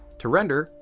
to render,